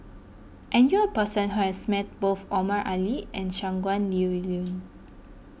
I knew a person who has met both Omar Ali and Shangguan Liuyun